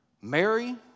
Mary